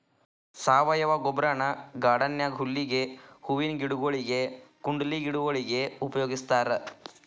ಸಾವಯವ ಗೊಬ್ಬರನ ಗಾರ್ಡನ್ ನ್ಯಾಗ ಹುಲ್ಲಿಗೆ, ಹೂವಿನ ಗಿಡಗೊಳಿಗೆ, ಕುಂಡಲೆ ಗಿಡಗೊಳಿಗೆ ಉಪಯೋಗಸ್ತಾರ